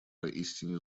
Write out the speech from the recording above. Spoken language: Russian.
поистине